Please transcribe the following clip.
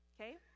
okay